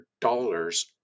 dollars